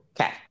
Okay